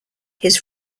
his